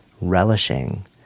relishing